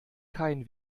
kein